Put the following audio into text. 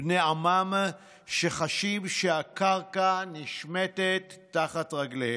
בני עמם, שחשים שהקרקע נשמטת תחת רגליהם.